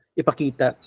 ipakita